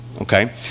okay